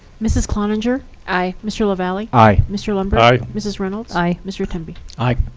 mrs. cloninger. aye. mr. lavalley. aye. mr. lundberg. aye. mrs. reynolds. aye. mr. temby. aye.